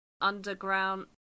underground